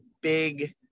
big